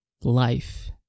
life